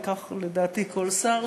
וכך לדעתי כל שר,